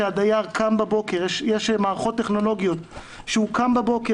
שיש מערכות טכנולוגיות שהדייר קם בבוקר